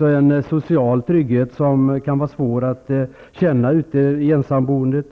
en social trygghet som kan vara svår att känna ute i ensamboendet.